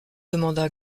demanda